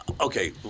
okay